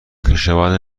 خویشاوند